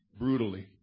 brutally